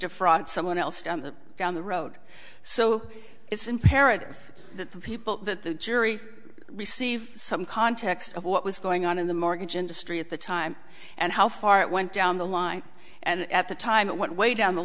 defraud someone else down the road so it's imperative that the people the jury receive some context of what was going on in the mortgage industry at the time and how far it went down the line and at the time it went way down the